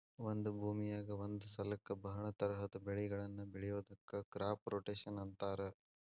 ಒಂದ ಭೂಮಿಯಾಗ ಒಂದ ಸಲಕ್ಕ ಬಹಳ ತರಹದ ಬೆಳಿಗಳನ್ನ ಬೆಳಿಯೋದಕ್ಕ ಕ್ರಾಪ್ ರೊಟೇಷನ್ ಅಂತಾರ